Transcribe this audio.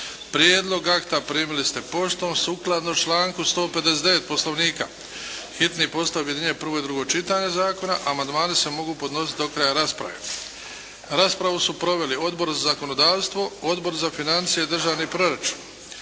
Prijedlog akta primili ste poštom, sukladno članku 159. Poslovnika, hitni postupak objedinjuje prvo i drugo čitanje zakona. Amandmani se mogu podnositi do kraja rasprave. Raspravu su proveli Odbor za zakonodavstvo, Odbor za financije i državni proračun.